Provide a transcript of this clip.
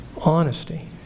honesty